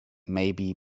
maybe